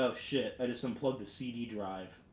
ah shit. i just unplugged the cd drive.